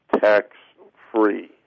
tax-free